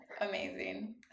Amazing